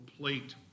plate